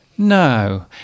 No